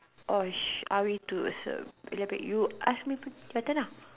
oh shit are we to also elaborate you ask me to my turn lah